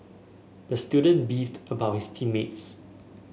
the student beefed about his team mates